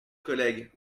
collègues